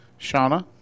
Shauna